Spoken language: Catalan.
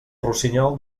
rossinyol